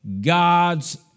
God's